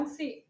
see